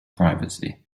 privacy